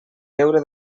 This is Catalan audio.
deure